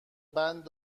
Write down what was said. بند